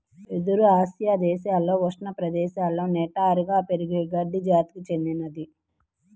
వెదురు ఆసియా దేశాలలో ఉష్ణ ప్రదేశాలలో నిటారుగా పెరిగే గడ్డి జాతికి చెందినది